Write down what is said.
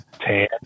tan